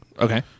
Okay